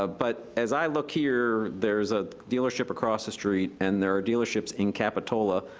ah but as i look here, there's a dealership across the street, and there are dealerships in capitola,